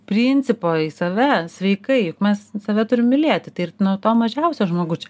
principo į save sveikai juk mes save turim mylėti tai ir nuo to mažiausio žmogučio